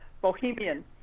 bohemian